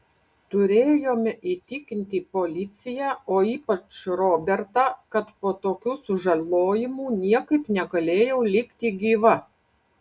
turėjome įtikinti policiją o ypač robertą kad po tokių sužalojimų niekaip negalėjau likti gyva